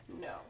No